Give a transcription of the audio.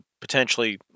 potentially